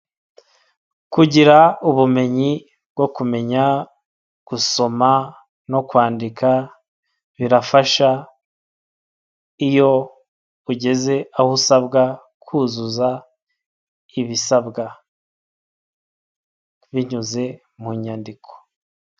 Kugira ubumenyi bwo kumenya gusoma no kwandika birafasha, iyo ugeze aho usabwa kuzuza ibisabwa binyuze mu nyandiko.